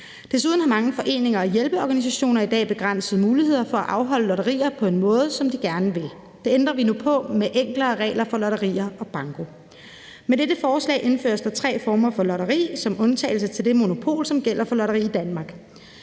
Desuden har mange foreninger og hjælpeorganisationer i dag begrænsede muligheder for at afholde lotterier på en måde, som de gerne vil. Det ændrer vi nu på med enklere regler for lotterier og banko. Med dette forslag indføres der tre former for lotteri som undtagelse til det monopol, som gælder for lotterier i Danmark.